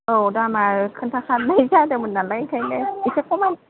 औ दामा खोन्थाखानाय जादोंमोन नालाय ओंखायनो एसे खामायनो